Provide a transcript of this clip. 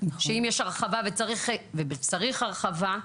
וצריך הרחבה.